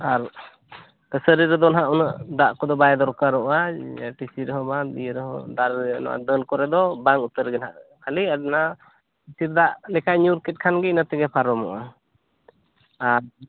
ᱟᱨ ᱠᱟᱹᱥᱟᱹᱨᱤ ᱨᱮᱫᱚ ᱱᱟᱦᱟᱜ ᱩᱱᱟᱹᱜ ᱫᱟᱜ ᱠᱚᱫᱚ ᱵᱟᱭ ᱫᱚᱨᱠᱟᱨᱚᱜᱼᱟ ᱴᱤᱥᱤ ᱨᱮᱦᱚᱸ ᱵᱟᱝ ᱤᱭᱟᱹ ᱨᱮᱦᱚᱸ ᱫᱟᱜ ᱨᱮᱭᱟᱜ ᱫᱟᱹᱞ ᱠᱚᱨᱮᱫᱚ ᱵᱟᱝ ᱩᱛᱟᱹᱨ ᱜᱮ ᱱᱟᱱᱦᱟᱜ ᱠᱷᱟᱹᱞᱤ ᱚᱱᱟ ᱥᱤᱥᱤᱨ ᱫᱟᱜ ᱞᱮᱠᱟᱭ ᱧᱩᱨ ᱠᱮᱫ ᱠᱷᱟᱱ ᱜᱮ ᱤᱱᱟᱹ ᱛᱮᱜᱮ ᱯᱟᱨᱚᱢᱚᱜᱼᱟ ᱟᱨ